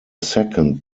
second